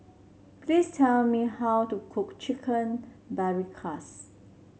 please tell me how to cook Chicken Paprikas